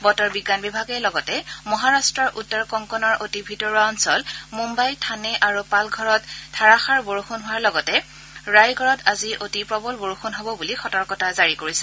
বতৰ বিজ্ঞান বিভাগে লগতে মহাৰাট্টৰ উত্তৰ কংকনৰ অতি ভিতৰুৱা অঞ্চল মুদ্বাই থানে আৰু পালঘৰত ধাৰাসাৰ বৰষুণ হোৱাৰ লগতে ৰাইগড়ত আজি অতি প্ৰৱল বৰষুণ হ'ব বুলি সতৰ্কতা জাৰি কৰিছে